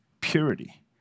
purity